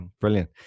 Brilliant